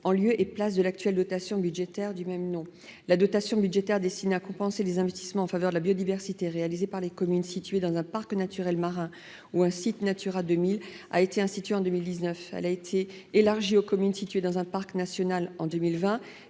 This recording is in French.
en lieu et place de l'actuelle dotation budgétaire du même nom. La dotation budgétaire destinée à compenser les investissements en faveur de la biodiversité réalisés par les communes situées dans un parc naturel marin ou un site Natura 2000 a été instituée en 2019. Elle a été élargie aux communes situées dans un parc national en 2020